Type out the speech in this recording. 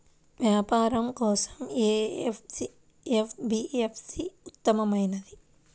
వ్యాపారం కోసం ఏ ఎన్.బీ.ఎఫ్.సి ఉత్తమమైనది?